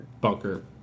Bunker